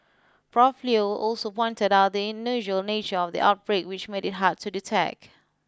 prof Leo also pointed out the unusual nature of the outbreak which made it hard to detect